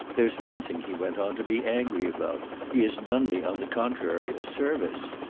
there's nothing, he went on, to be angry about. he has done me on the contrary a service.